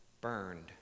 burned